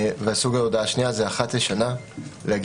וסוג ההודעה השנייה: אחת לשנה לומר